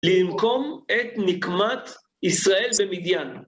לנקום את נקמת ישראל במדיין.